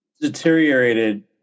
deteriorated